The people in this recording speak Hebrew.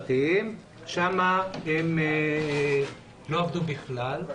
שם הם לא עבדו בכלל.